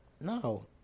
No